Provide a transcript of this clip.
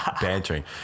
Bantering